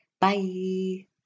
Bye